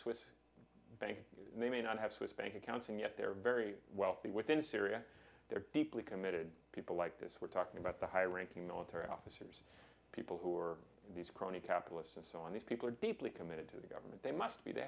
swiss bank and they may not have swiss bank accounts and yet they're very wealthy within syria they're deeply committed people like this we're talking about the high ranking military officers people who are these crony capitalists and so on these people are deeply committed to the government they must be they